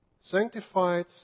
sanctified